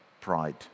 Pride